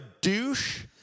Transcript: douche